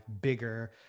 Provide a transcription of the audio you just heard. bigger